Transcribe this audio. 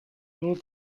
nur